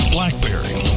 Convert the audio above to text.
Blackberry